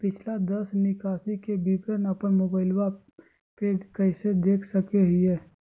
पिछला दस निकासी के विवरण अपन मोबाईल पे कैसे देख सके हियई?